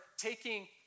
taking